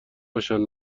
باشن